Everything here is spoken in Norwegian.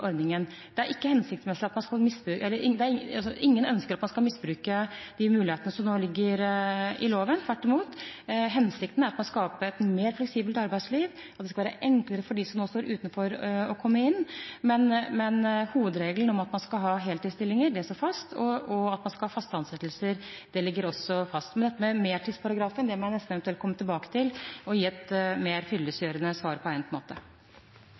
ligger i loven – tvert imot. Hensikten er å skape et mer fleksibelt arbeidsliv, og at det skal være enklere for dem som nå står utenfor, å komme inn. Men hovedregelen om at man skal ha heltidsstillinger, står fast, og det at man skal ha fast ansettelse, ligger også fast. Det med mertidsparagrafen må jeg nesten få komme tilbake til og gi et mer fyllestgjørende svar på på egnet måte.